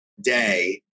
day